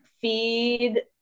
feed